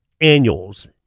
annuals